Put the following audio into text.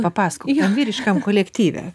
papasakok tam vyriškam kolektyve